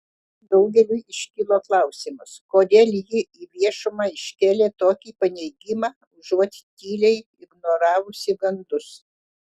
daugeliui iškilo klausimas kodėl ji į viešumą iškėlė tokį paneigimą užuot tyliai ignoravusi gandus